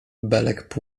belek